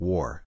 War